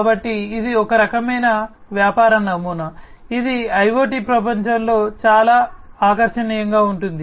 కాబట్టి ఇది ఒక రకమైన వ్యాపార నమూనా ఇది IoT ప్రపంచంలో చాలా ఆకర్షణీయంగా ఉంటుంది